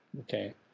Okay